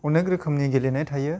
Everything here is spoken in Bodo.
अनेक रोखोमनि गेलेनाय थायो